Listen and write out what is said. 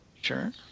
Sure